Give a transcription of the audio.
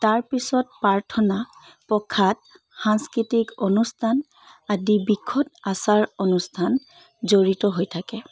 তাৰপিছত প্ৰাৰ্থনা প্ৰসাদ সাংস্কৃতিক অনুষ্ঠান আদি বৃহৎ আচাৰ অনুষ্ঠান জড়িত হৈ থাকে